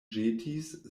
ĵetis